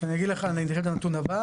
אני אגיד לך, אני אעביר את הנתון הבא